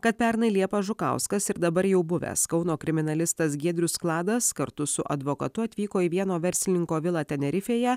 kad pernai liepą žukauskas ir dabar jau buvęs kauno kriminalistas giedrius kladas kartu su advokatu atvyko į vieno verslininko vilą tenerifėje